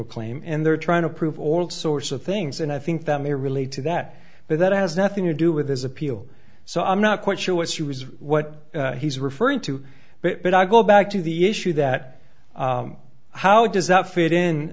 a claim and they're trying to prove all sorts of things and i think that may relate to that but that has nothing to do with his appeal so i'm not quite sure what she was what he's referring to but i go back to the issue that how does that fit in